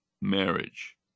marriage